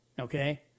Okay